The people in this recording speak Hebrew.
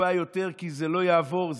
טיפ-טיפה יותר כי זה לא יעבור,